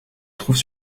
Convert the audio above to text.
trouve